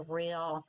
real